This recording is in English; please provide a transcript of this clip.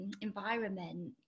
environment